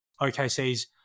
OKC's